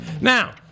now